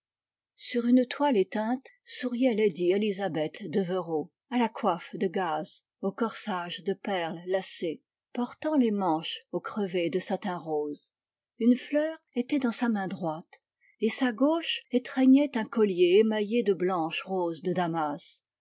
sur une toile éteinte souriait lady elizabeth devereux à la coiffe de gaze au corsage de perles lacé portant les manches aux crevés de satin rose une fleur était dans sa main droite et sa gauche étreignait un collier émaillé de blanches roses de damas